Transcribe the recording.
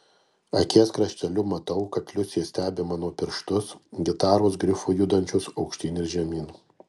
akies krašteliu matau kad liusė stebi mano pirštus gitaros grifu judančius aukštyn ir žemyn